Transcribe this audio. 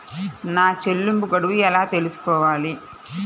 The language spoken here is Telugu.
నా చెల్లింపు గడువు ఎలా తెలుసుకోవాలి?